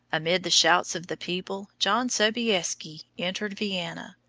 amid the shouts of the people john sobieski entered vienna,